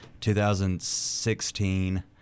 2016